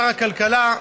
שר הכלכלה,